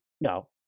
No